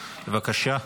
בבקשה.